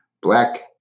black